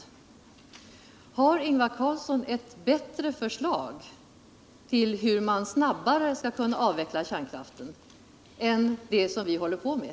och jag vill därför fråga Ingvar Carlsson: Har Ingvar Carlsson et bättre förslag på hur man snabbare skall kunna avveckla kärnkraften än det som vi arbetar med?